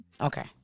Okay